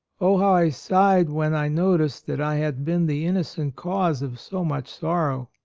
oh, i sighed when i noticed that i had been the innocent cause of so much sorrow!